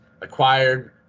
acquired